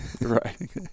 Right